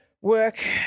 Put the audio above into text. work